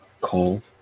call